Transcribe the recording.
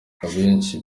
abenshi